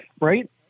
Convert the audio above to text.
right